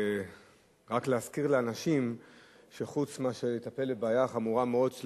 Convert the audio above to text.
רק להזכיר לאנשים שחוץ מאשר לטפל בבעיה החמורה מאוד של